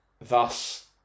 thus